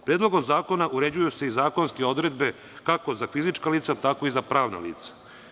Predlogom zakona uređuju se i zakonske odredbe, kako za fizička lica, tako i za pravna lica.